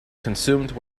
consumed